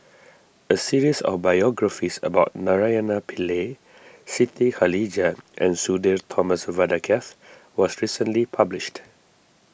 a series of biographies about Naraina Pillai Siti Khalijah and Sudhir Thomas Vadaketh was recently published